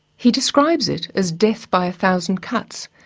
he describes it as death by a thousand cuts,